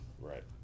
Right